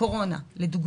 בתקופת הקורונה לדוגמה,